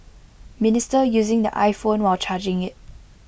minister using the iPhone while charging IT